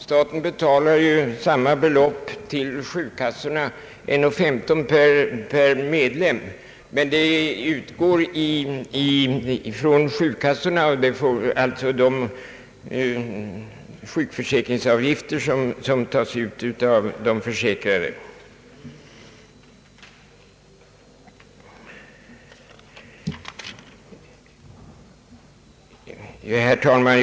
Staten betalar samma belopp till försäkringskassorna, nämligen kronor 1:15 per medlem, men kostnaden betalas ju av försäkringskassorna ur de avgifter som tas ut av de försäkrade. Herr talman!